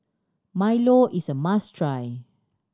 Milo is a must try